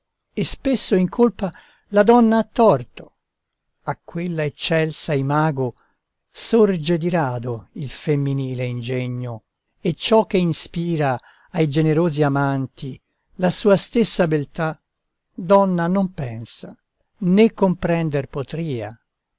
e spesso incolpa la donna a torto a quella eccelsa imago sorge di rado il femminile ingegno e ciò che inspira ai generosi amanti la sua stessa beltà donna non pensa né comprender potria